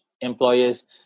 employers